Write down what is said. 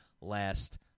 last